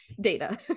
data